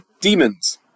Demons